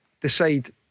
decide